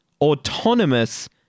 autonomous